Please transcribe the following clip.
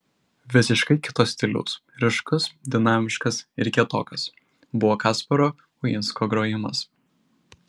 visiškai kito stiliaus ryškus dinamiškas ir kietokas buvo kasparo uinsko grojimas